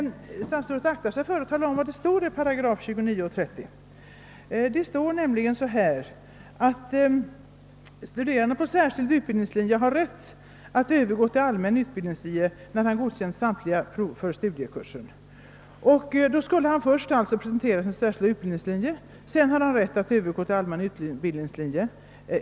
Men statsrådet aktar sig nogsamt för att tala om vad som står i 29 8 nämligen: »Studerande på särskild utbildningslinje har rätt att övergå till allmän utbildningslinje, när han godkänts i samtliga prov för studiekurs.» Han skall alltså först presentera en särskild utbildningslinje och efter det har han rätt att övergå till allmän linje.